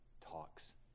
talks